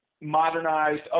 modernized